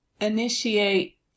Initiate